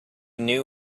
new